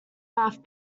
aircraft